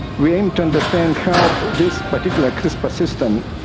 we aim to understand how this particular crispr system,